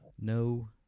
no